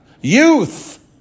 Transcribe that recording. Youth